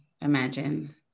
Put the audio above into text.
imagine